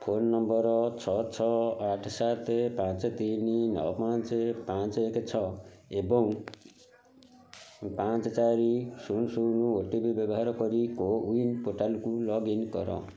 phone number ଛଅ ଛଅ ଆଠେ ସାତେ ପାଞ୍ଚେ ତିନି ନଅ ପାଞ୍ଚେ ପାଞ୍ଚେ ଏକେ ଛଅ ଏବଂ ପାଞ୍ଚେ ଚାରି ଶୂନ ଶୂନ ଓ ଟି ପି ବ୍ୟବହାର କରି କୋୱିନ୍ ପୋର୍ଟାଲ୍କୁ ଲଗ୍ଇନ୍ କର